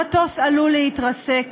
המטוס עלול להתרסק,